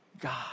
God